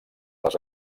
les